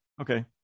Okay